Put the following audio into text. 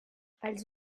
els